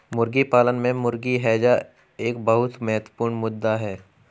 मुर्गी पालन में मुर्गी हैजा एक बहुत महत्वपूर्ण मुद्दा है